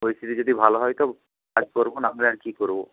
পরিস্থিতি যদি ভালো হয় তো কাজ করব না হলে আর কী করব